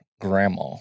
grandma